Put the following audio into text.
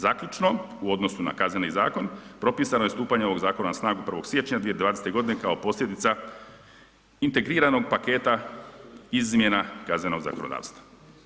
Zaključno, u odnosu na Kazneni zakon propisano je stupanje ovog zakona na snagu 1. siječnja 2020. godine kao posljedica integriranog paketa izmjena kaznenog zakonodavstva.